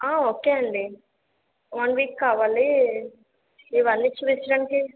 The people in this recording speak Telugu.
ఆ ఓకే అండి వన్ వీక్ కావాలి ఇవన్నీ చూపించడానికి